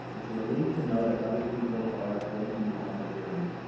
it's a relief to know that other people are with you on the journey.